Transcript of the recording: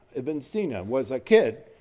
ibn sina was a kid,